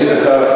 סגנית השר,